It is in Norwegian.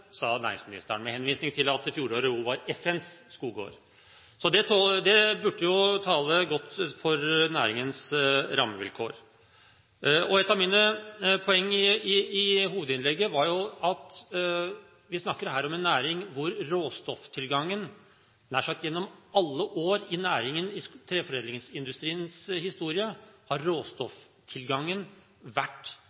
med henvisning til at fjoråret var FNs skogår. Det burde tale godt for næringens rammevilkår. Et av mine poeng i hovedinnlegget var at vi her snakker om en næring hvor råstofftilgangen nær sagt gjennom alle år i næringen i treforedlingsindustriens historie har